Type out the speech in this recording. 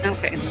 Okay